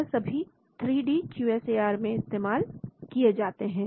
यह सभी three D Q S A R में इस्तेमाल किए जाते हैं